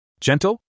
Gentle